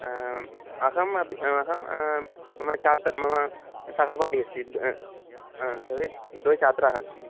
अहमपि अहं मम छात्रः मम सहपाठि अस्ति सर्वे द्वे छात्राः अस्ति